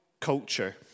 culture